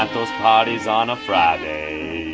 and those parties on a friday.